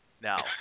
now